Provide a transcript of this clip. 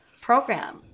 program